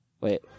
Wait